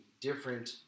different